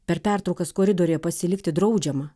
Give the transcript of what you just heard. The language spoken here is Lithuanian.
per pertraukas koridoriuje pasilikti draudžiama